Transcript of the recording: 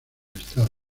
estado